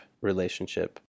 relationship